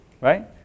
right